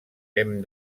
hem